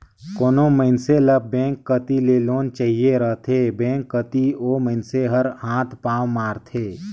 कोनो मइनसे ल बेंक कती ले लोन चाहिए रहथे बेंक कती ओ मइनसे हर हाथ पांव मारथे